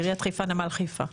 נמל חיפה.